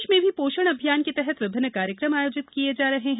प्रदेश में भी पोषण अभियान के तहत विभिन्न कार्यक्रम आयोजित किये जा रहे हैं